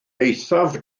eithaf